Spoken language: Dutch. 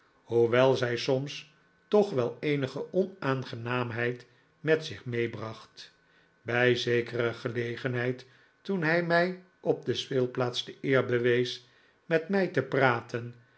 hoewel zij soms toch wel eenige onaangenaamheid met zich meebracht bij zekere gelegenheid toen hij mij op de speelplaats de eer bewees met mij te praten